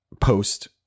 post